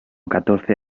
catorce